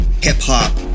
hip-hop